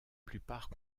plupart